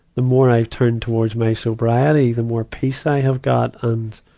the more i turn towards my sobriety, the more peace i have got and,